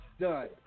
done